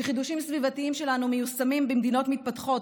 שחידושים סביבתיים שלנו מיושמים במדינות מתפתחות,